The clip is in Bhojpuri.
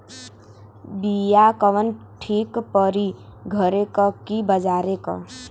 बिया कवन ठीक परी घरे क की बजारे क?